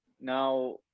now